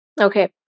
Okay